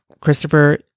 Christopher